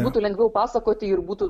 būtų lengviau pasakoti ir būtų